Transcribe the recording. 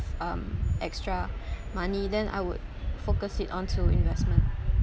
um extra money then I would focus it onto investment